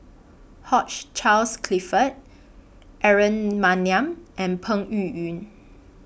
Hugh Charles Clifford Aaron Maniam and Peng Yuyun